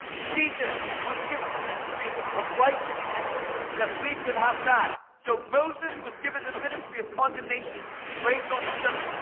jesus was given the ministry of righteousness that we could have that. so moses was given the ministry of condemnation engraved on stones,